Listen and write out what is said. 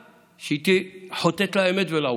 שהיא תהיה חוטאת לאמת ולעובדות,